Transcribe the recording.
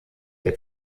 der